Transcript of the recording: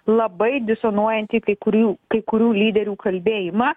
labai disonuojantį kai kurių kai kurių lyderių kalbėjimą